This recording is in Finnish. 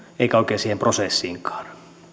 eikä oikein siihen prosessiinkaan